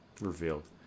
revealed